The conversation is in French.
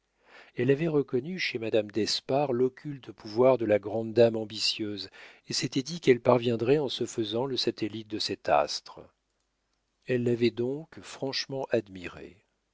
elle avait reconnu chez madame d'espard l'occulte pouvoir de la grande dame ambitieuse et s'était dit qu'elle parviendrait en se faisant le satellite de cet astre elle l'avait donc franchement admirée